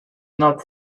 not